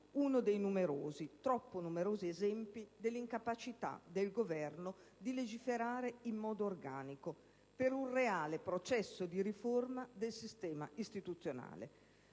n. 2071 rappresenta un ulteriore esempio dell'incapacità del Governo di legiferare in modo organico per un reale processo di riforma del sistema istituzionale.